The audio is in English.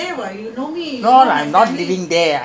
அது:athu roughly like I don't know what she